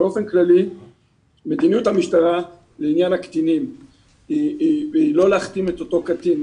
באופן כללי מדיניות המשטרה לעניין הקטינים היא לא להכתים את אותו קטין,